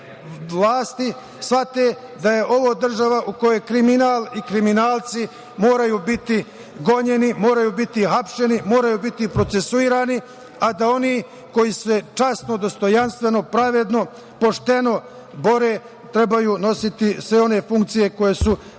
vlasti shvate da je ovo država u kojoj kriminal i kriminalci moraju biti gonjeni, moraju biti hapšeni, moraju biti procesuirani, a da oni koji se časno, dostojanstveno, pravedno, pošteno bore trebaju nositi sve one funkcije koje su